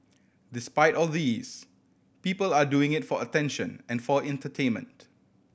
despite all these people are doing it for attention and for entertainment